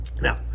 now